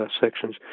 sections